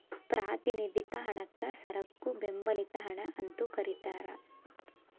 ಪ್ರಾತಿನಿಧಿಕ ಹಣಕ್ಕ ಸರಕು ಬೆಂಬಲಿತ ಹಣ ಅಂತೂ ಕರಿತಾರ